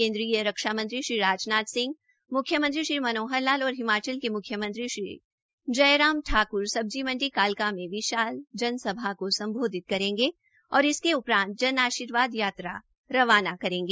केन्द्रीय रक्षा मंत्री श्री राजनाथ सिंह मुख्यमंत्री श्री मनोहर लाल और हिमाचल के मुख्यमंत्री श्री जयराम ठाकर सब्जिमंडी कालका में विशाल जनसभा को सम्बोधित करेगें और उसके उपरात जन आर्शीवाद यात्रा रवाना होगी